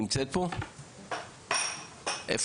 שלום